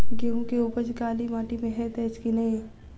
गेंहूँ केँ उपज काली माटि मे हएत अछि की नै?